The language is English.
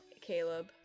Caleb